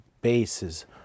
bases